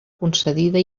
concedida